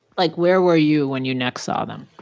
like, where were you when you next saw them?